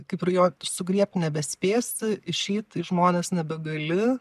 kaip ir jo sugriebt nebespėsi išeit į žmones nebegali